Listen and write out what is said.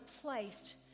placed